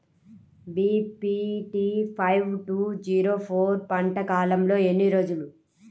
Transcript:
BPT five two zero four పంట కాలంలో ఎన్ని రోజులు?